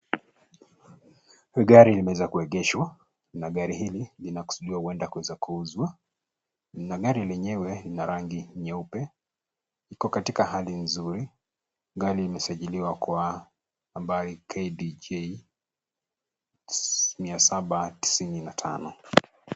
Gari limeweza kuegeshwa na gari hii linakusudiwa kwenda kuweza kuuzwa na gari lenyewe lina rangi nyeupe. Iko katika hali nzuri. Gari limesajiliwa kwa nambari KID 795.